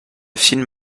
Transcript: film